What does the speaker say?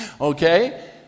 Okay